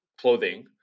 clothing